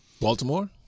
Baltimore